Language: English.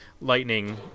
lightning